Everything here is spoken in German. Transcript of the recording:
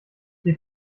die